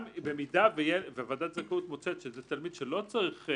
במידה וועדת הזכאות מוצאת שזה תלמיד שמבחינת